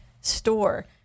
store